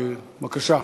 בבקשה.